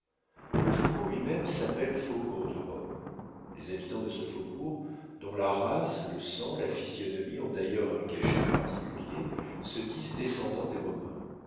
le faubourg lui-même s'appelle faubourg de rome les habitants de ce faubourg dont la race le sang la physionomie ont d'ailleurs un cachet particulier se disent descendants des romains